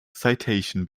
citation